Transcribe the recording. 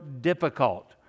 difficult